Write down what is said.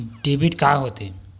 Debit का होथे?